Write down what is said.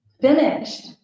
finished